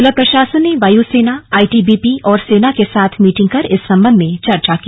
जिला प्रशासन ने वायु सेना आईटीबीपी और सेना के साथ मीटिंग कर इस सम्बन्ध में चर्चा की